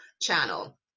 channel